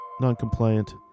non-compliant